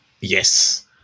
Yes